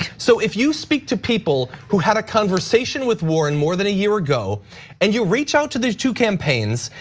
so if you speak to people who had a conversation with warren, more than a year ago and you reach out to these two campaigns.